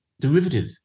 derivative